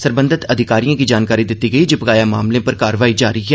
सरबंधित अधिकारियें गी जानकारी दिती गेई जे बकाया मामले पर कारवाई जारी ऐ